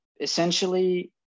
Essentially